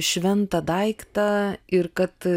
šventą daiktą ir kad